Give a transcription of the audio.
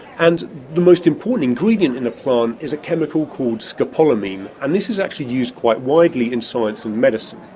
and the most important ingredient in the plant is a chemical called scopolamine, and this is actually used quite widely in science and medicine.